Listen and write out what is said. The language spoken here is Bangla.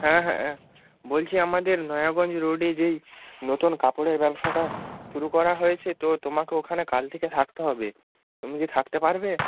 হ্যাঁ হ্যাঁ বলছি আমাদের নয়াগঞ্জ রোডে যেই নতুন কাপড়ের ব্যবসাটা শুরু করা হয়েছে তো তোমাকে ওখানে কাল থেকে থাকতে হবে তুমি কি থাকতে পারবে